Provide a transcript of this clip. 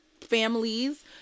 families